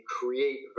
create